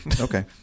Okay